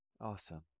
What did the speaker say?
Awesome